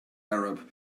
arab